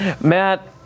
Matt